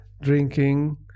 drinking